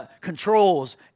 controls